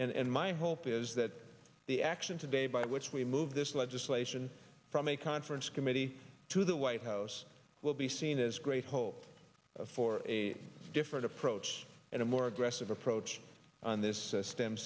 e and my hope is that the action today by which we move this legislation from a conference committee to the white house will be seen as great hope for a different approach and a more aggressive approach on this stem